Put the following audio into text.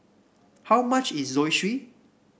how much is Zosui